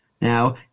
Now